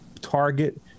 target